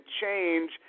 change